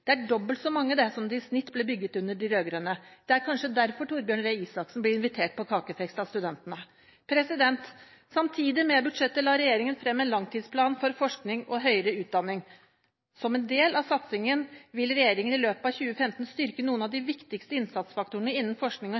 Det er dobbelt så mange som det i snitt ble bygget under de rød-grønne. Det er kanskje derfor statsråd Torbjørn Røe Isaksen blir invitert på kakefest av studentene. Samtidig med budsjettet la regjeringen frem en langtidsplan for forskning og høyere utdanning. Som en del av satsingen vil regjeringen i løpet av 2015 styrke noen av de viktigste innsatsfaktorene innen forskning